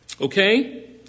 okay